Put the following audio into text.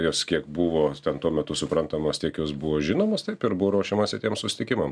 jos kiek buvo ten tuo metu suprantamos tiek jos buvo žinomos taip ir buvo ruošiamasi tiem susitikimam